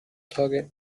tage